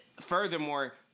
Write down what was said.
furthermore